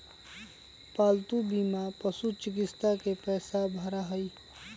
पालतू बीमा पशुचिकित्सा के पैसा भरा हई